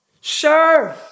Serve